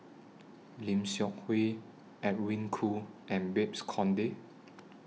Lim Seok Hui Edwin Koo and Babes Conde